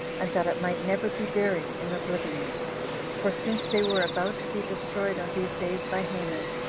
and that it might never be buried in oblivion for since they were about to be destroyed on these days by haman,